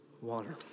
water